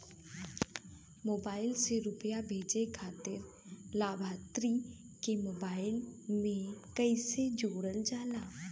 Mobile से रूपया भेजे खातिर लाभार्थी के मोबाइल मे कईसे जोड़ल जाला?